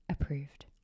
approved